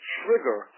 trigger